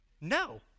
No